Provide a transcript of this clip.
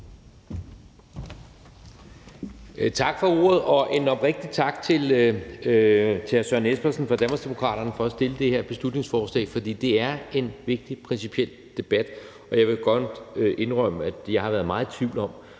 Tak for ordet. Og en oprigtig tak til hr. Søren Espersen fra Danmarksdemokraterne for at fremsætte det her beslutningsforslag. For det er en vigtig principiel debat, og jeg vil godt indrømme, at jeg har været meget i tvivl om,